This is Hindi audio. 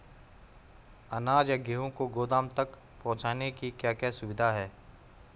अनाज या गेहूँ को गोदाम तक पहुंचाने की क्या क्या सुविधा है?